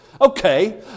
okay